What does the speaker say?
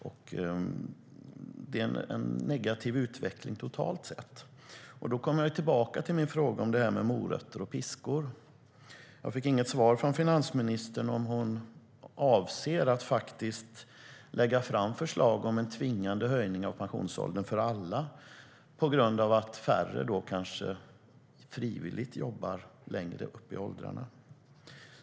Det är en negativ utveckling totalt sett. Därmed kommer jag tillbaka till min fråga om morot och piska. Jag fick inget svar på frågan om finansministern avser att lägga fram förslag om en tvingande höjning av pensionsåldern för alla på grund av att färre kanske jobbar frivilligt längre upp i åldrarna.